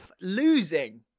losing